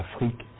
L'Afrique